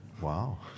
Wow